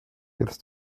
jetzt